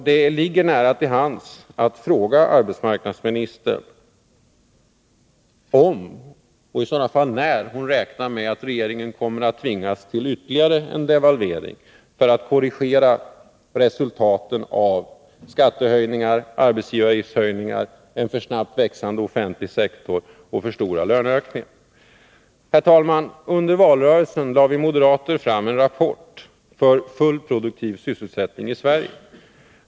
Det ligger nära till hands att fråga arbetsmarknadsministern om och i så fall när hon räknar med att regeringen kommer att tvingas till ytterligare en devalvering för att korrigera resultaten av skattehöjningar, arbetsgivaravgiftshöjningar, en alltför snabbt växande offentlig sektor och alltför stora löneökningar. Herr talman! Under valrörelsen lade vi moderater fram en rapport, Full produktiv sysselsättning i Sverige.